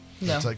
No